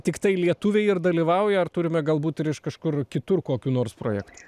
tiktai lietuviai ir dalyvauja ar turime galbūt ir iš kažkur kitur kokių nors projektų